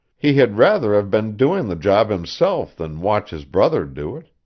he had rather have been doing the job himself than watch his brother do it,